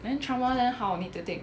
then trauma leh how need to take